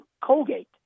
Colgate